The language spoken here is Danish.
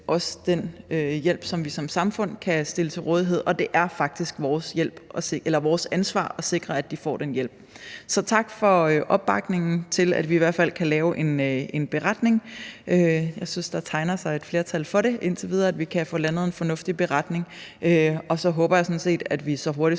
den hjælp, vi som samfund kan stille til rådighed, og det er faktisk vores ansvar at sikre, at de får den hjælp. Så tak for opbakningen til, at vi i hvert fald kan lave en beretning. Jeg synes, der indtil videre tegner sig et flertal for, at vi kan få landet en fornuftig beretning, og så håber jeg sådan set, at vi så hurtigt